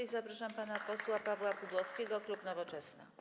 I zapraszam pana posła Pawła Pudłowskiego, klub Nowoczesna.